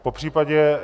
Popřípadě...